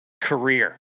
career